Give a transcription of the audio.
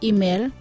Email